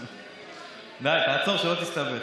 די, תעצור, שלא תסתבך.